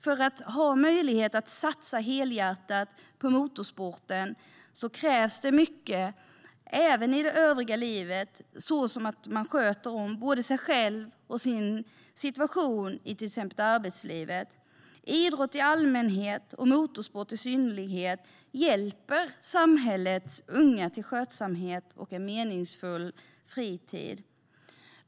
För att ha möjlighet att satsa helhjärtat på motorsporten krävs det mycket även i det övriga livet, såsom att man sköter om både sig själv och sin situation i till exempel arbetslivet. Idrott i allmänhet och motorsport i synnerhet hjälper samhällets unga till skötsamhet och en meningsfull fritid.